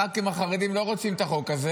הח"כים החרדים לא רוצים את החוק הזה.